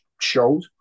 showed